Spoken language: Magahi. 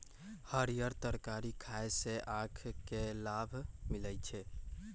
हरीयर तरकारी खाय से आँख के लाभ मिलइ छै